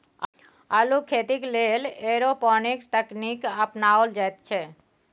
अल्लुक खेती लेल एरोपोनिक्स तकनीक अपनाओल जाइत छै